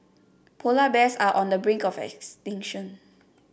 polar bears are on the brink of extinction